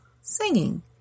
singing